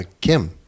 Kim